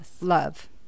love